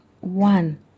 one